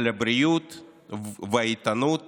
על הבריאות והאיתנות